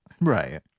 right